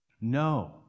No